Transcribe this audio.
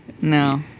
No